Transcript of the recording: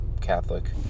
Catholic